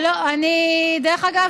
דרך אגב,